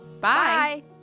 Bye